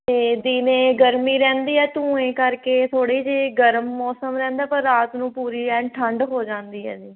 ਅਤੇ ਦਿਨੇ ਗਰਮੀ ਰਹਿੰਦੀ ਹੈ ਧੂੰਏਂ ਕਰਕੇ ਥੋੜ੍ਹੇ ਜਿਹੇ ਗਰਮ ਮੌਸਮ ਰਹਿੰਦਾ ਪਰ ਰਾਤ ਨੂੰ ਪੂਰੀ ਐਨ ਠੰਡ ਹੋ ਜਾਂਦੀ ਹੈ ਜੀ